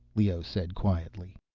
leoh said quietly.